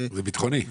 בבינוי,